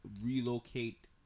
relocate